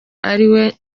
ariwe